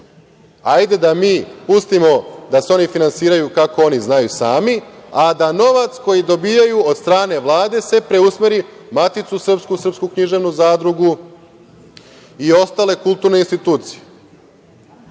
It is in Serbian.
da mi pustimo da se oni finansiraju kako oni znaju sami, a da novac koji dobijaju od strane Vlade se preusmeri na Maticu srpsku, Srpsku književnu zadrugu i ostale kulturne institucije.